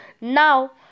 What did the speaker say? Now